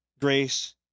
grace